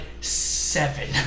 seven